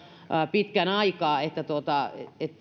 pitkän aikaa